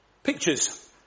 Pictures